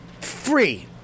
Free